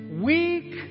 weak